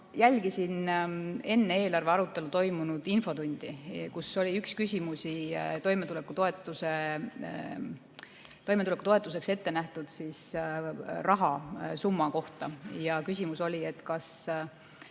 jälgisin enne eelarve arutelu toimunud infotundi, kus oli üks küsimus ka toimetulekutoetuseks ette nähtud rahasumma kohta. Küsimus oli, kas